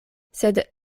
sed